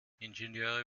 ingenieure